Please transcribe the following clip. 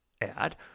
add